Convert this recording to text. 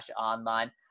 online